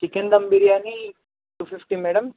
chicken dum biryani two fifty madam